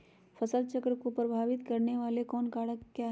फसल चक्र को प्रभावित करने वाले कारक क्या है?